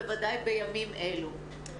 ובוודאי בימים אלו.